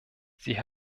sie